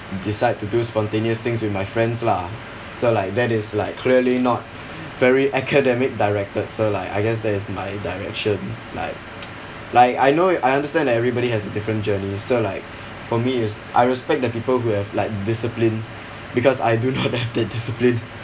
decide to do spontaneous things with my friends lah so like that is like clearly not very academic directed so like I guess that is my direction like like I know I understand that everybody has a different journey so like for me is I respect the people who have like discipline because I do not have the discipline